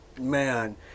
Man